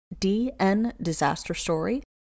DNDisasterStory